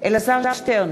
אלעזר שטרן,